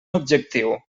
objectiu